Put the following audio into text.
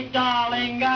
darling